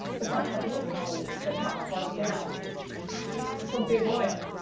but they'll have loopholes that got carved out for big oil.